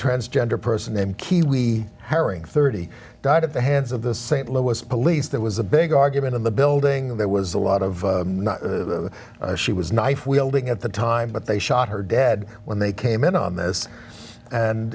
transgender person named kiwi herring thirty died at the hands of the st louis police there was a big argument in the building there was a lot of she was knife wielding at the time but they shot her dead when they came in on this and